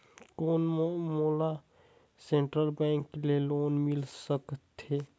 कौन मोला central bank ले लोन मिल सकथे?